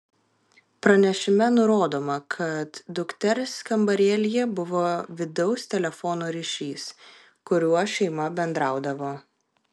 pranešime nurodoma kad dukters kambarėlyje buvo vidaus telefono ryšys kuriuo šeima bendraudavo